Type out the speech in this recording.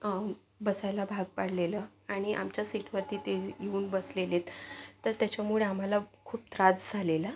बसायला भाग पाडलेलं आणि आमच्या सीटवरती ते येऊन बसलेले तर त्याच्यामुळे आम्हाला खूप त्रास झालेला